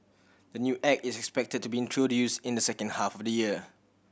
the new Act is expected to be introduced in the second half of the year